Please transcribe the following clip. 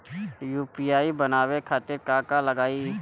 UPI बनावे खातिर का का लगाई?